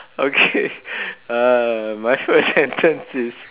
okay uh my first sentence is